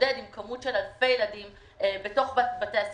להתמודד עם כמות של אלפי ילדים בתוך בתי הספר.